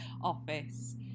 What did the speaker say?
office